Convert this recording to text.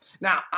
Now